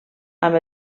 amb